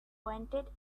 pointed